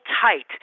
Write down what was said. tight